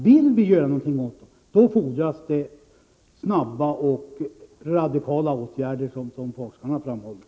Vad som fordras är snabba och radikala åtgärder, som forskarna har framhållit.